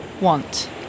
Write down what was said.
want